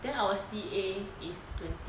then our C_A is twenty